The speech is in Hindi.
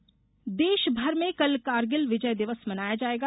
कारगिल दिवस देश भर में कल कारगिल विजय दिवस मनाया जायेगा